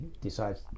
decides